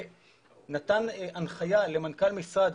ונתן הנחיה למנכ"ל המשרד,